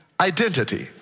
identity